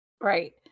Right